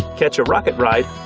catch a rocket ride,